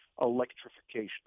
electrification